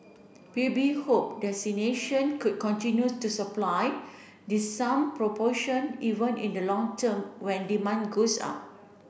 P U B hope could continue to supply the some proportion even in the long term when demand goes up